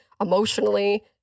emotionally